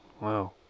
Wow